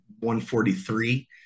143